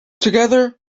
together